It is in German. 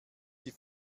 die